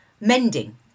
mending